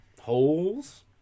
Holes